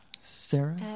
Sarah